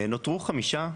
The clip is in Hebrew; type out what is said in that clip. נותנו חמישה,